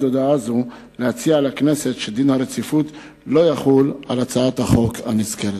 הודעה זאת להציע לכנסת שדין הרציפות לא יחול על הצעת החוק הנזכרת.